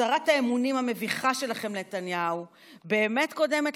הצהרת האמונים המביכה שלכם לנתניהו באמת קודמת